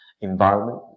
environment